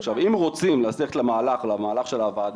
עכשיו אם רוצים ללכת למהלך של הוועדה